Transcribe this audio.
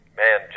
man